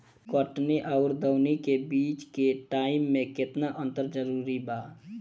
कटनी आउर दऊनी के बीच के टाइम मे केतना अंतर जरूरी बा?